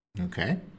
Okay